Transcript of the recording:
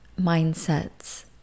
mindsets